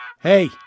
Hey